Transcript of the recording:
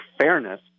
fairness